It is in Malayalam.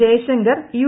ജയ്ശങ്കർ യു